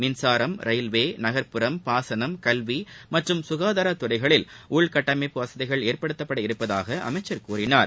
மின்சாரம் ரயில்வே நகர்ப்புறம் பாசனம் கல்வி மற்றும் குகாதாரத்துறைகளில் உள்கட்டமைப்பு வசதிகள் ஏற்படுத்தப்பட உள்ளதாக அமைச்சர் கூறினார்